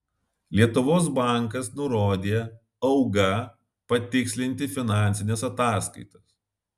lietuvos bankas nurodė auga patikslinti finansines ataskaitas